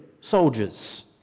soldiers